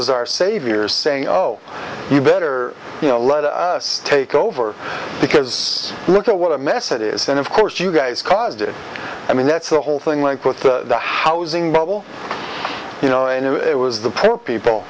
as our savior saying oh you better you know let us take over because look at what a mess it is then of course you guys caused it i mean that's the whole thing like with the housing bubble you know i knew it was the p